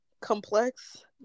complex